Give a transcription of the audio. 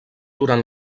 durant